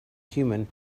human